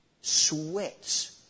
sweats